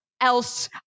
else